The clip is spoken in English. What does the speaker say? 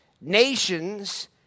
nations